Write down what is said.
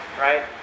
right